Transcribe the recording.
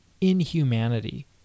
inhumanity